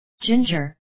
Ginger